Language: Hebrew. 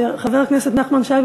וחבר הכנסת נחמן שי,